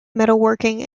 metalworking